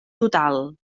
total